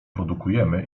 produkujemy